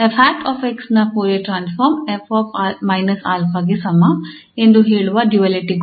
𝑓̂𝑥 ನ Fourier transform 𝑓−𝛼 ಗೆ ಸಮ ಎಂದು ಹೇಳುವ ಡ್ಯುಯಾಲಿಟಿ ಗುಣ